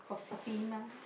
gossipy mah